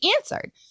answered